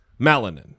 melanin